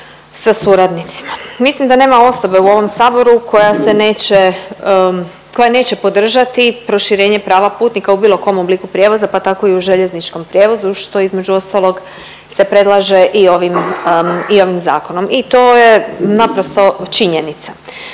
sa suradnicima, mislim da nema osobe u ovom saboru koja se neće, koja neće podržati proširenje prava putnika u bilo kom obliku prijevoza pa tako i u željezničkom prijevozu što između ostalog se predlaže i ovim i ovim zakonom i to je naprosto činjenica.